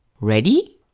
Ready